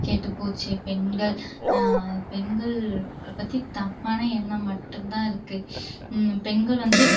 கெட்டுப்போச்சு பெண்கள் பெண்களை பற்றி தப்பான எண்ணம் மட்டும்தான் இருக்குது பெண்கள் வந்து